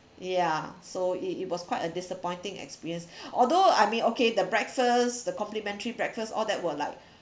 ya so it it was quite a disappointing experience although I mean okay the breakfast the complimentary breakfast all that were like